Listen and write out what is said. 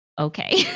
okay